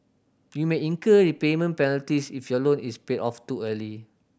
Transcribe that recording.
you may incur prepayment penalties if your loan is paid off too early